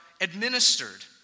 administered